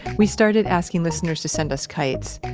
we started asking listeners to send us kites,